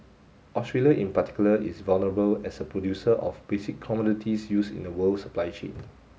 Australia in particular is vulnerable as a producer of basic commodities used in the world supply chain